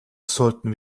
sollten